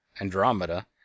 Andromeda